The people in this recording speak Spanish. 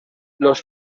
los